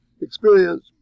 Experience